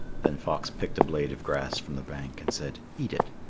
then fox picked a blade of grass from the bank and said, eat it.